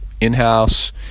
in-house